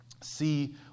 see